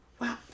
Wow